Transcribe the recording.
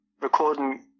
recording